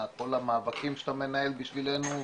כל המאבקים שאתה מנהל בשבילנו,